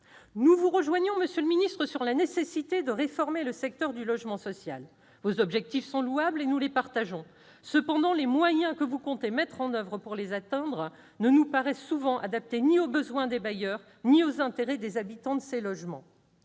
nous vous rejoignons dans la volonté de réformer le secteur du logement social. Vos objectifs sont louables, et nous les approuvons. Toutefois, les moyens que vous comptez mettre en oeuvre pour les atteindre ne nous paraissent, souvent, adaptés ni aux besoins des bailleurs ni aux intérêts des habitants de ces logements.